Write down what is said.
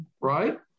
right